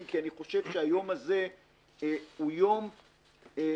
כי אני חושב שהיום הזה הוא יום חגיגי,